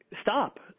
stop